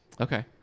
Okay